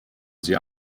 sie